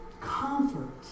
comfort